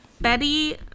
Betty